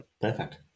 perfect